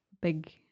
big